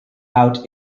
out